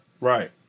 Right